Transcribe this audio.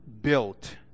built